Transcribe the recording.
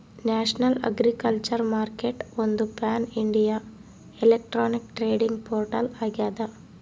national agriculture ಮಾರ್ಕೆಟ್ಒಂದು pan India electronic trading portal ಆಗ್ಯದ